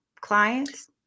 clients